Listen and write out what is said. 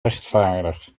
rechtvaardig